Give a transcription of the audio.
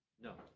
No